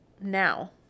now